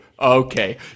Okay